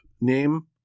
name